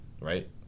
right